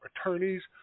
attorneys